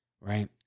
right